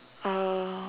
uh